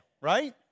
right